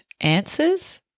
answers